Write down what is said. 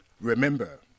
Remember